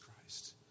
Christ